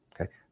okay